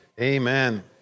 Amen